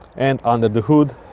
and under the hood